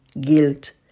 guilt